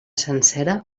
sencera